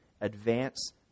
advance